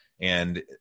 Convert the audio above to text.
and-